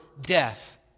death